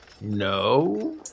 No